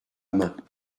main